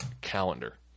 calendar